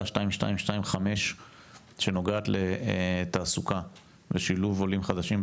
2225 שנוגעת לתעסוקה ושילוב עולים חדשים,